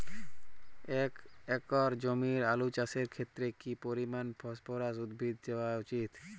এক একর জমিতে আলু চাষের ক্ষেত্রে কি পরিমাণ ফসফরাস উদ্ভিদ দেওয়া উচিৎ?